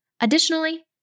Additionally